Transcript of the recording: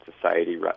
society